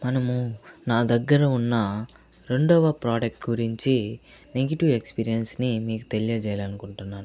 మనము నా దగ్గర ఉన్న రెండవ ప్రోడక్ట్ గురించి నెగిటివ్ ఎక్స్పీరియన్స్ని మీకు తెలియజేయాలి అనుకుంటున్నాను